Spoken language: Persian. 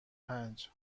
پنج